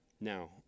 Now